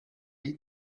eat